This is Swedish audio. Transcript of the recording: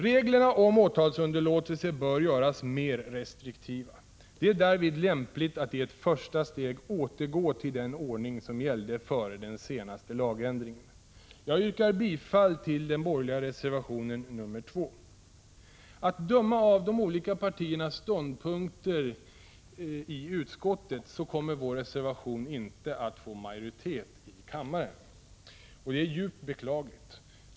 Reglerna om åtalsunderlåtelse bör göras mer restriktiva. Det är därvid lämpligt att i ett första steg återgå till den ordning som gällde före den senaste lagändringen. Jag yrkar bifall till den borgerliga reservationen 2. Att döma av de olika partiernas ståndpunkter i utskottet kommer vår reservation inte att få majoritet i kammaren, vilket är djupt beklagligt.